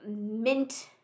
mint